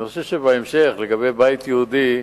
אני חושב שבהמשך, לגבי בית יהודי,